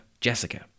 Jessica